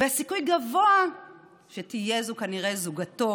וסיכוי גבוה שתהיה זו כנראה זוגתו